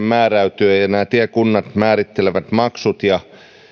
määräytyvät nämä tiekunnat määrittelevät maksut ja